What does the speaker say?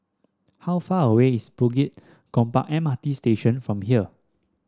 how far away is Bukit Gombak M R T Station from here